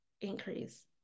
increase